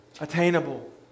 attainable